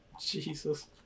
Jesus